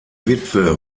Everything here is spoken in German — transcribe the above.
witwe